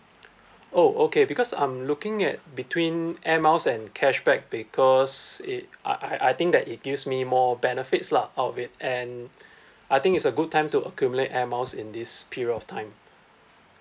oh okay because I'm looking at between air miles and cashback because it uh I I think that it gives me more benefits lah out of it and I think it's a good time to accumulate air miles in this period of time